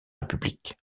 république